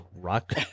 rock